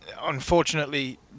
unfortunately